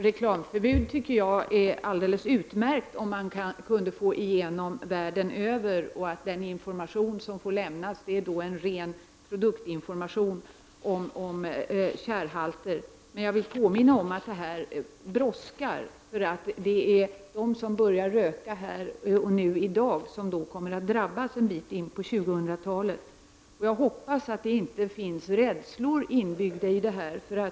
Herr talman! Det vore utmärkt om man kunde få igenom ett reklamförbud världen över, så att den information som får lämnas enbart är ren produktinformation om tjärhalt. Jag vill påminna om att detta brådskar. De som börjar röka i dag kommer att drabbas en bit in på 2000-talet. Jag hoppas att det inte finns rädslor inbyggda i det här.